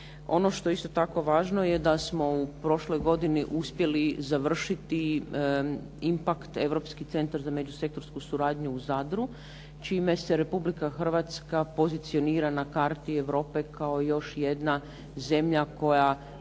Ono što je isto tako važno je da smo u prošloj godini uspjeli završiti IMPACT, Europski centar za međusektorsku suradnju u Zadru čime se Republika Hrvatska pozicionira na karti Europe kao još jedna zemlja koja